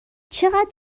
چقدر